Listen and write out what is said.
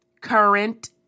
current